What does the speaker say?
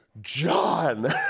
john